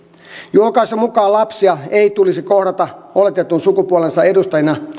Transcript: julkaisun mukaan lapsia ei tulisi kohdata oletetun sukupuolensa edustajina